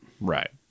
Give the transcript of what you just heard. Right